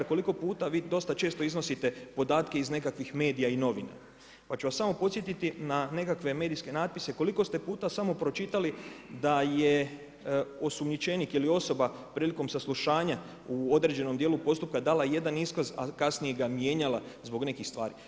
Koliko puta vi dosta često iznosite podatke iz nekakvih medija i novina, pa ću vas samo podsjetiti na nekakve medijske natpise koliko ste puta samo pročitali da je osumnjičenik ili osoba prilikom saslušanja u određenom dijelu postupka dala jedan iskaz, a kasnije ga mijenjala zbog nekih stvari.